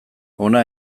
hona